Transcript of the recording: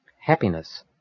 Happiness